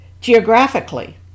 geographically